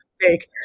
mistake